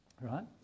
right